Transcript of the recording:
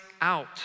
out